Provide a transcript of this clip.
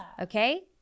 okay